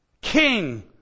king